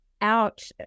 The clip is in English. out